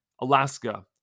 Alaska